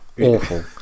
Awful